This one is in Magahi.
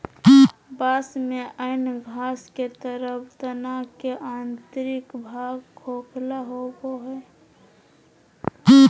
बाँस में अन्य घास के तरह तना के आंतरिक भाग खोखला होबो हइ